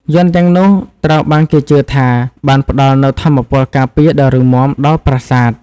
យន្តទាំងនោះត្រូវបានគេជឿថាបានផ្តល់នូវថាមពលការពារដ៏រឹងមាំដល់ប្រាសាទ។